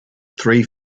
three